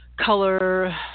color